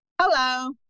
Hello